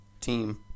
team